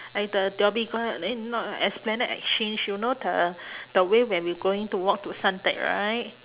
at the dhoby ghaut eh no no esplanade-xchange you know the the way when we going to walk to suntec right